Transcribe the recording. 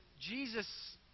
Jesus